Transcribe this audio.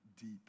deep